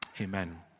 amen